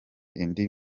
indi